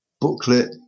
booklet